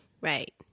right